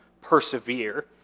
persevere